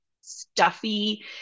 stuffy